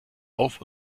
auf